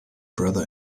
brother